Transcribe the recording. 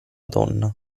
donna